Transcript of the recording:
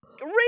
Read